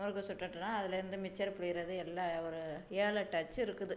முறுக்கு சுட்டுவிட்டு தான் அதில் இருந்து மிச்சர் புழியறது எல்லாம் ஒரு ஏழு எட்டு அச்சு இருக்குது